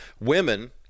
women